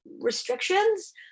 restrictions